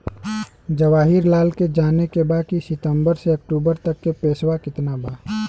जवाहिर लाल के जाने के बा की सितंबर से अक्टूबर तक के पेसवा कितना बा?